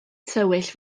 tywyll